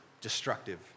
destructive